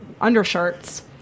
undershirts